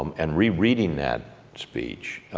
um and rereading that speech,